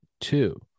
two